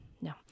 no